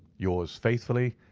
yours faithfully,